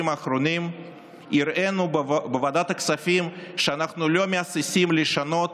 האחרונים הראינו שאנחנו לא מהססים לשנות,